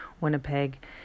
Winnipeg